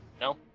No